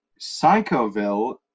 Psychoville